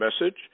message